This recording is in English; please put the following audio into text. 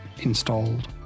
installed